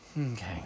Okay